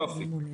זה פרוק.